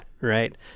Right